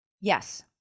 Yes